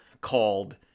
called